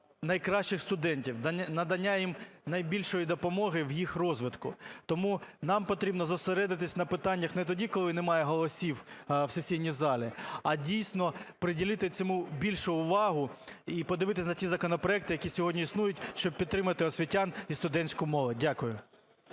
найкращих студентів, надання їм найбільшої допомоги у їх розвитку. Тому нам потрібно зосередитися на питаннях не тоді, коли немає голосів в сесійній залі, а дійсно приділити цьому більше уваги і подивитися на ті законопроекти, які сьогодні існують, щоб підтримати освітян і студентську молодь. Дякую.